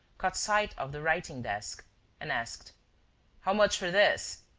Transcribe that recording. caught sight of the writing-desk and asked how much for this?